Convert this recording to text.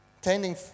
tending